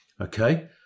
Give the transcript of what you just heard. Okay